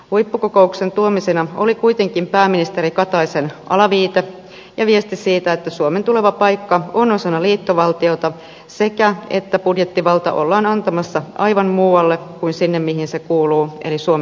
huippukokouksen tuomisina oli kuitenkin pääministeri kataisen alaviite ja viesti siitä että suomen tuleva paikka on osana liittovaltiota sekä että budjettivalta ollaan antamassa aivan muualle kuin sinne mihin se kuuluu eli suomen eduskunnalle